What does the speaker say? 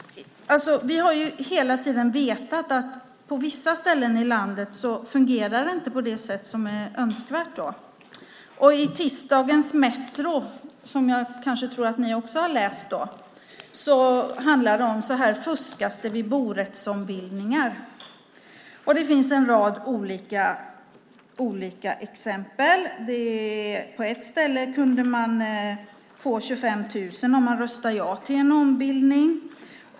Vi har hela tiden vetat att det på vissa ställen i landet inte fungerar på det sätt som är önskvärt. I tisdagens Metro, som jag tror att ni kanske också har läst, står det: Så här fuskas det vid borättsombildningar. Det finns en rad olika exempel. På ett ställe kunde man få 25 000 om man röstar ja till en ombildning.